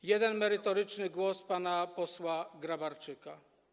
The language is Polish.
Był jeden merytoryczny głos pana posła Grabarczyka.